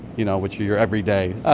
you know, which are your everyday,